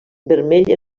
vermell